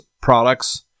products